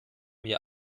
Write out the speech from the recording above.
wir